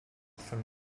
from